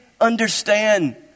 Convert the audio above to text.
understand